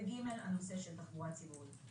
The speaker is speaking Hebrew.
והשלישי, הנושא של תחבורה ציבורית.